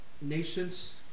nations